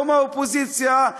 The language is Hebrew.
לא מהאופוזיציה,